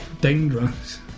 dangerous